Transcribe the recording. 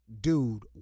dude